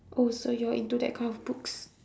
oh so you're into that kind of books